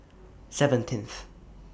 seventeenth